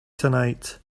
tonight